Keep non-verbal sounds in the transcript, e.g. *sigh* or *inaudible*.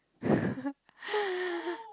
*laughs*